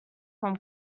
from